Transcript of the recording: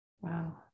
Wow